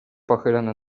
pochylony